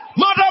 Mother